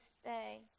stay